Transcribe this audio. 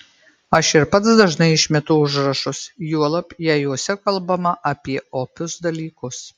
aš ir pats dažnai išmetu užrašus juolab jei juose kalbama apie opius dalykus